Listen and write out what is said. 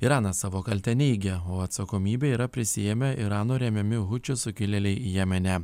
iranas savo kaltę neigia o atsakomybę yra prisiėmę irano remiami hučių sukilėliai jemene